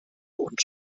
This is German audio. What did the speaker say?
und